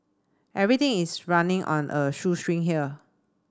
everything is running on a shoestring here